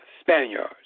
Spaniards